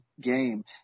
game